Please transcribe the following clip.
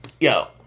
Yo